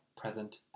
present